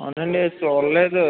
అవునండి చూడలేదు